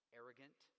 arrogant